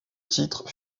titres